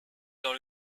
dans